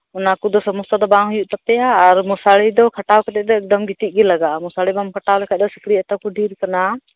ᱚᱱᱟ ᱠᱚᱫᱚ ᱥᱚᱢᱚᱥᱥᱟ ᱫᱚ ᱵᱟᱝ ᱦᱩᱭᱩᱜ ᱛᱟᱯᱮᱭᱟ ᱟᱨ ᱢᱚᱥᱟᱨᱤ ᱫᱚ ᱠᱷᱟᱴᱟᱣ ᱠᱟᱛᱮᱜ ᱫᱚ ᱮᱠᱫᱚᱢ ᱜᱤᱛᱤᱜ ᱫᱚ ᱞᱟᱜᱟᱜᱼᱟ ᱢᱚᱥᱟᱨᱤ ᱵᱟᱢ ᱠᱷᱟᱴᱟᱣ ᱞᱮᱠᱷᱟᱡ ᱫᱚ ᱥᱤᱠᱲᱤᱡ ᱮᱛᱚ ᱠᱚ ᱰᱷᱤᱨ ᱠᱟᱱᱟ